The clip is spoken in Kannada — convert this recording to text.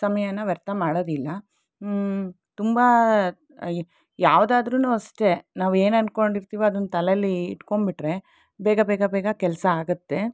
ಸಮಯನ ವ್ಯರ್ಥ ಮಾಡೋದಿಲ್ಲ ತುಂಬ ಯಾವುದಾದ್ರುನೂ ಅಷ್ಟೇ ನಾವು ಏನು ಅನ್ಕೊಂಡಿರ್ತೇವೋ ಅದನ್ನು ತಲೇಲಿ ಇಟ್ಕೊಂಡು ಬಿಟ್ರೆ ಬೇಗ ಬೇಗ ಬೇಗ ಕೆಲಸ ಆಗತ್ತ